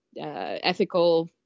ethical